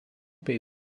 bei